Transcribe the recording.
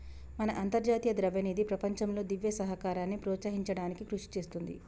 మన అంతర్జాతీయ ద్రవ్యనిధి ప్రపంచంలో దివ్య సహకారాన్ని ప్రోత్సహించడానికి కృషి చేస్తుంది